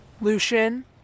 Lucian